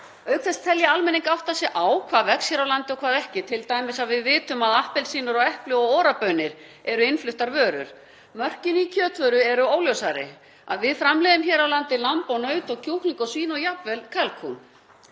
Auk þess tel ég almenning átta sig á hvað vex hér á landi og hvað ekki, t.d. að við vitum að appelsínur og epli og Ora-baunir eru innfluttar vörur. Mörkin í kjötvöru eru óljósari. Við framleiðum hér á landi lamb og naut, kjúklinga og svín og jafnvel kalkún.